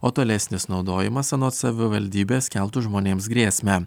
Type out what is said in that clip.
o tolesnis naudojimas anot savivaldybės keltų žmonėms grėsmę